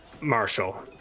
Marshall